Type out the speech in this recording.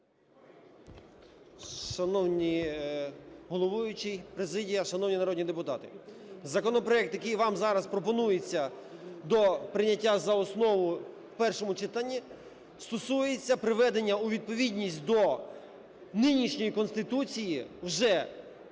Шановний головуючий, президія, шановні народні депутати! Законопроект, який вам зараз пропонується до прийняття за основу в першому читанні, стосується приведення у відповідність до нинішньої Конституції вже деяких